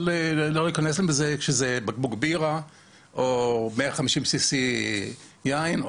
אבל לא ניכנס לזה כשזה בקבוק בירה או 150 סמ"ק יין,